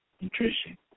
nutrition